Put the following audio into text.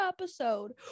episode